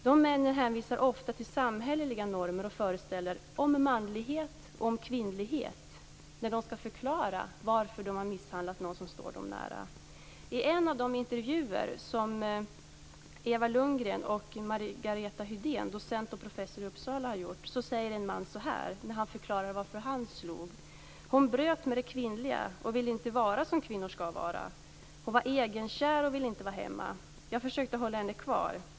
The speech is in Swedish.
De männen hänvisar ofta till samhälleliga normer och föreställningar om manlighet och kvinnlighet när de skall förklara varför de har misshandlat någon som står dem nära. I en av de intervjuer som professor Eva Lundgren och docent Margaretha Hydén i Uppsala har gjort säger en man så här när han förklarar varför han slog: Hon bröt med det kvinnliga och ville inte vara som kvinnor skall vara. Hon var egenkär och ville inte vara hemma. Jag försökte hålla henne kvar.